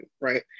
right